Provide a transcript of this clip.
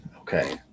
Okay